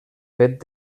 fet